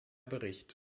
bericht